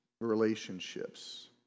relationships